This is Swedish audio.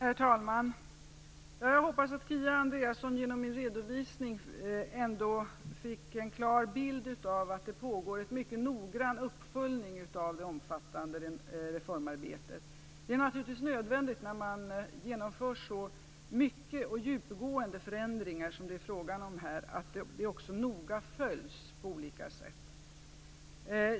Herr talman! Jag hoppas att Kia Andreasson genom min redovisning ändå fick en klar bild av att det pågår en mycket noggrann uppföljning av det omfattande reformarbetet. Det är naturligtvis nödvändigt att så stora och djupgående förändringar som det är frågan om här noga följs på olika sätt.